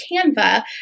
Canva